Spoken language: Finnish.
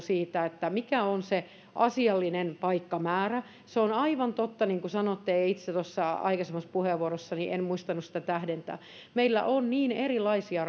siitä mikä on se asiallinen paikkamäärä se on aivan totta niin kuin sanoitte ja itse tuossa aikaisemmassa puheenvuorossani en muistanut sitä tähdentää meillä on niin erilaisia